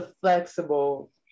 flexible